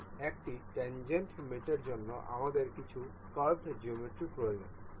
সুতরাং একটি ট্যাংগেন্ট মেটর জন্য আমাদের কিছু কার্ভড জিওমেট্রি প্রয়োজন